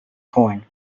coin